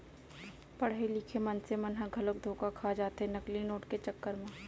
पड़हे लिखे मनसे मन ह घलोक धोखा खा जाथे नकली नोट के चक्कर म